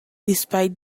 despite